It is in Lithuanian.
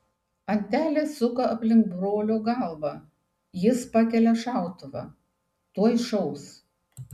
antelė suka aplink brolio galvą jis pakelia šautuvą tuoj šaus